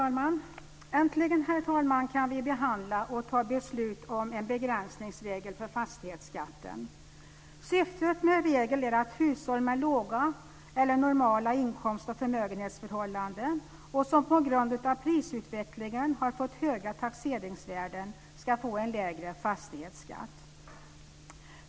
Herr talman! Äntligen kan vi behandla och fatta beslut om en begränsningsregel för fastighetsskatten. Syftet med regeln är att hushåll med låga eller normala inkomster och förmögenheter och som på grund av prisutvecklingen har fått höga taxeringsvärden ska få en lägre fastighetsskatt.